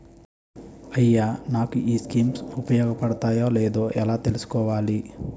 అయ్యా నాకు ఈ స్కీమ్స్ ఉపయోగ పడతయో లేదో ఎలా తులుసుకోవాలి?